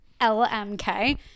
lmk